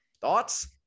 Thoughts